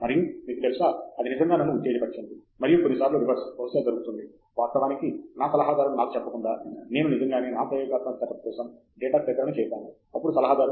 మరియు మీకు తెలుసా అది నిజంగా నన్ను ఉత్తేజపరిచింది మరియు కొన్నిసార్లు రివర్స్ బహుశా జరుగుతుంది వాస్తవానికి నా సలహాదారు నాకు చెప్పకుండా నేను నిజంగానే నా ప్రయోగాత్మక సెటప్ కోసం డేటా సేకరణ చేసింది అప్పుడు సలహాదారు ఓహ్